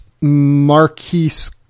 Marquise